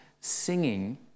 singing